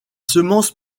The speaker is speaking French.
semences